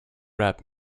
rap